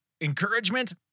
encouragement